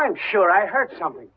i'm sure i heard something